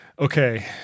Okay